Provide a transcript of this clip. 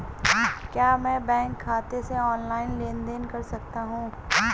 क्या मैं बैंक खाते से ऑनलाइन लेनदेन कर सकता हूं?